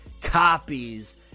copies